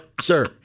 sir